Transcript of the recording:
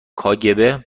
کاگب